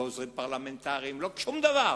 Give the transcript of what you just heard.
לא עוזרים פרלמנטריים, לא שום דבר,